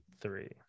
three